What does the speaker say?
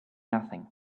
nothing